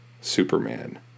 Superman